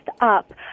up